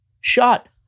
shot